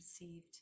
received